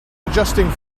adjusting